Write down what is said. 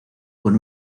con